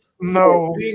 No